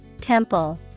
Temple